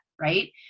right